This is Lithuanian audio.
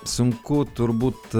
sunku turbūt